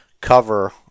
cover